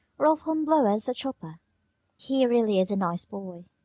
rolf hornblower's a topper he really is a nice boy.